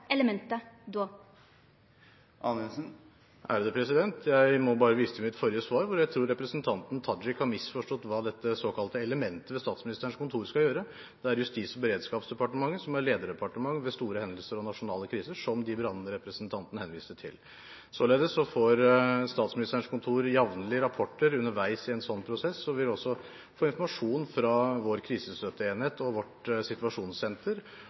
elementet då? Jeg må bare vise til mitt forrige svar – jeg tror representanten Tajik har misforstått hva dette såkalte elementet ved Statsministerens kontor skal gjøre. Det er Justis- og beredskapsdepartementet som er lederdepartement ved store hendelser og nasjonale kriser, som de brannene representanten henviste til. Således får Statsministerens kontor jevnlig rapporter underveis i en slik prosess og vil også få informasjon fra vår krisestøtteenhet og vårt situasjonssenter